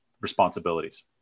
responsibilities